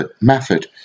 method